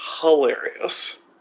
hilarious